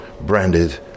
branded